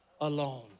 alone